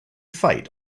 fight